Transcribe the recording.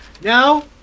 now